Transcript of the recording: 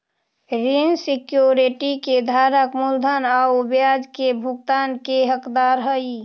ऋण सिक्योरिटी के धारक मूलधन आउ ब्याज के भुगतान के हकदार हइ